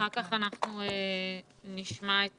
אחר כך נשמע את